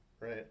right